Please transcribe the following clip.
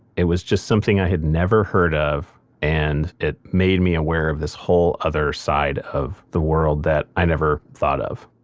it was just something i had never heard of and it made me aware of this whole other side of the world that i never thought of.